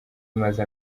imaze